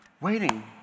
waiting